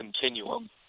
continuum